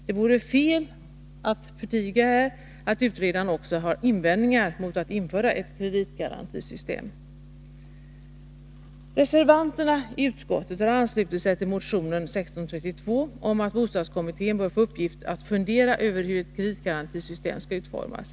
Det vore fel att här förtiga att utredaren också har invändningar mot att införa ett kreditgarantisystem. Reservanterna i utskottet har anslutit sig till motionen 1632 om att bostadskommittén bör få i uppgift att fundera över hur ett kreditgarantisystem skall utformas.